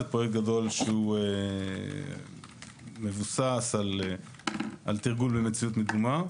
זה פרויקט גדול שמבוסס על תרגול במציאות מדומה.